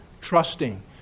trusting